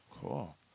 Cool